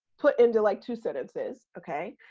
put into like two sentences. okay?